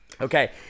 okay